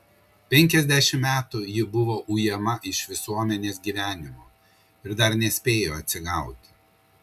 penkiasdešimt metų ji buvo ujama iš visuomenės gyvenimo ir dar nespėjo atsigauti